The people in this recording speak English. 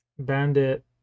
Bandit